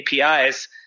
APIs